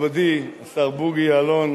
מכובדי השר בוגי יעלון,